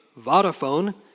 Vodafone